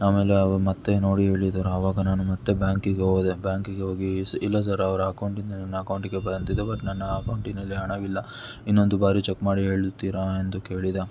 ಅಮೇಲೆ ಅವರು ಮತ್ತು ನೋಡಿ ಹೇಳಿದರು ಆವಾಗ ನಾನು ಮತ್ತು ಬ್ಯಾಂಕಿಗೆ ಹೋದೆ ಬ್ಯಾಂಕಿಗೆ ಹೋಗಿ ಸಹ ಇಲ್ಲ ಸರ್ ಅವರ ಅಕೌಂಟಿಂದ ನನ್ನ ಅಕೌಂಟಿಗೆ ಬಂದಿದೆ ಬಟ್ ನನ್ನ ಅಕೌಂಟಿನಲ್ಲಿ ಹಣವಿಲ್ಲ ಇನ್ನೊಂದು ಬಾರಿ ಚಕ್ ಮಾಡಿ ಹೇಳುತ್ತೀರಾ ಎಂದು ಕೇಳಿದೆ